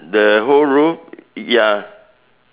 the whole roof ya